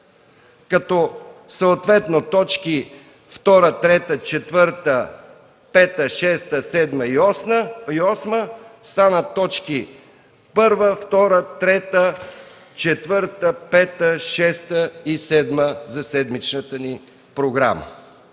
като точки 2, 3, 4, 5, 6, 7 и 8 станат точки 1, 2, 3, 4, 5, 6 и 7 за седмичната ни програма.